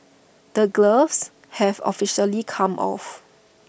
the gloves have officially come off